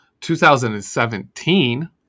2017